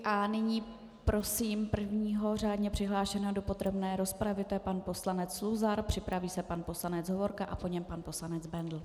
A nyní prosím prvního řádně přihlášeného do podrobné rozpravy, tím je pan poslanec Luzar, připraví se pan poslanec Hovorka a po něm pan poslanec Bendl.